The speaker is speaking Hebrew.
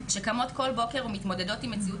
שקמות כל בוקר ומתמודדות עם מציאות